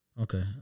Okay